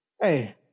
Hey